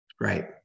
right